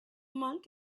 monk